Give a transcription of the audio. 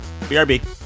BRB